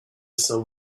some